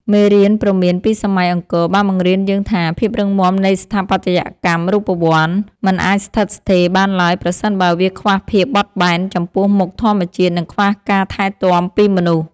មេរៀនព្រមានពីសម័យអង្គរបានបង្រៀនយើងថា ភាពរឹងមាំនៃស្ថាបត្យកម្មរូបវន្ត មិនអាចស្ថិតស្ថេរបានឡើយ ប្រសិនបើវាខ្វះភាពបត់បែនចំពោះមុខធម្មជាតិ និងខ្វះការថែទាំពីមនុស្ស។